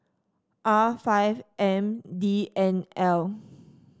R five M D N L